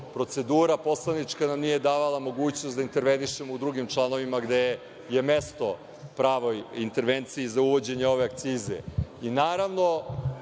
procedura poslanička nam nije davala mogućnost da intervenišemo u drugim članovima, gde je mesto pravoj intervenciji za uvođenje ove akcize.I,